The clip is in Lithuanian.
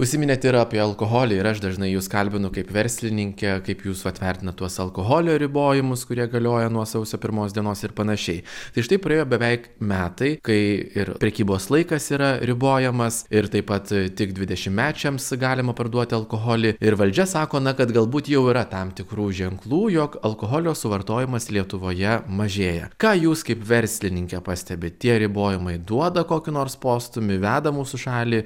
užsiminėt ir apie alkoholį ir aš dažnai jus kalbinu kaip verslininkę kaip jūs vat vertinat tuos alkoholio ribojimus kurie galioja nuo sausio pirmos dienos ir panašiai tai štai praėjo beveik metai kai ir prekybos laikas yra ribojamas ir taip pat tik dvidešimtmečiams galima parduoti alkoholį ir valdžia sako na kad galbūt jau yra tam tikrų ženklų jog alkoholio suvartojimas lietuvoje mažėja ką jūs kaip verslininkė pastebit tie ribojimai duoda kokį nors postūmį veda mūsų šalį